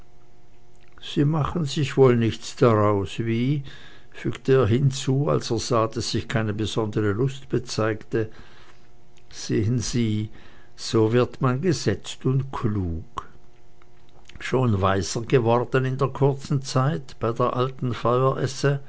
sie machen sich wohl nichts daraus wie fügte er hinzu als er sah daß ich keine besondere lust bezeigte sehen sie so wird man gesetzt und klug schon weiser geworden in der kurzen zeit bei der alten